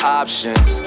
options